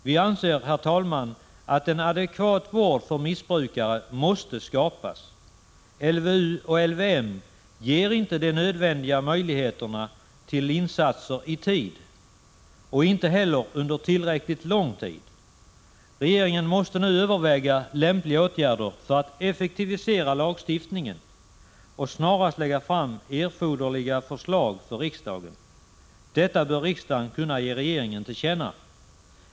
Vi anser, herr talman, att en adekvat vård för missbrukare måste skapas. LVU och LVM ger inte de nödvändiga möjligheterna till insatser i tid och inte heller under tillräckligt lång tid. Regeringen måste nu överväga lämpliga åtgärder för att effektivisera lagstiftningen och snarast lägga fram erforderliga förslag för riksdagen. Detta bör riksdagen kunna ge regeringen till känna.